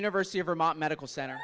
university of vermont medical center